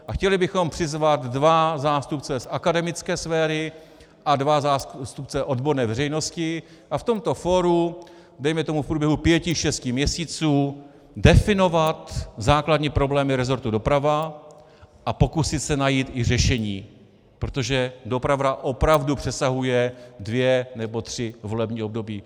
A chtěli bychom přizvat dva zástupce z akademické sféry a dva zástupce z odborné veřejnosti a v tomto fóru, dejme tomu, v průběhu pěti šesti měsíců definovat základní problémy rezortu doprava a pokusit se najít i řešení, protože doprava opravdu přesahuje dvě nebo tři volební období.